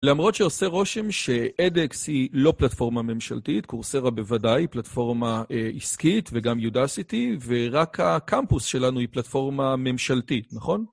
למרות שעושה רושם ש-EdX היא לא פלטפורמה ממשלתית, קורסרה בוודאי היא פלטפורמה עסקית וגם Udacity, ורק הקמפוס שלנו היא פלטפורמה ממשלתית, נכון?